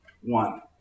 One